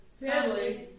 Family